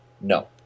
No